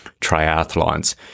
triathlons